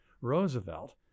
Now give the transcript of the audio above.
Roosevelt